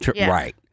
right